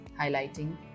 highlighting